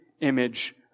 image